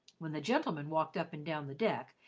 when the gentlemen walked up and down the deck,